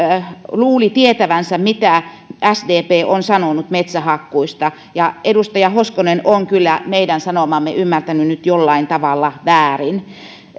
luuli tietävänsä mitä sdp on sanonut metsähakkuista edustaja hoskonen on kyllä meidän sanomamme ymmärtänyt nyt jollain tavalla väärin